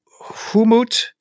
Humut